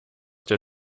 der